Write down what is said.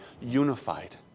unified